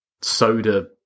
soda